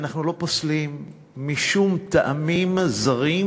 אנחנו לא פוסלים משום טעמים זרים,